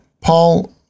Paul